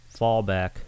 fallback